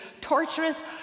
torturous